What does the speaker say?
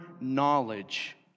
knowledge